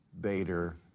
Bader